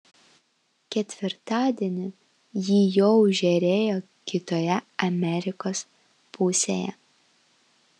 ketvirtadienį ji jau žėrėjo kitoje amerikos pusėje